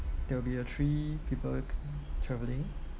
there will be uh three people travelling